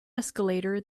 escalator